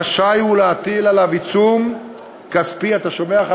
רשאי הוא להטיל עליו עיצום כספי אתה שומע,